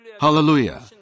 Hallelujah